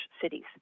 cities